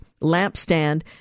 Lampstand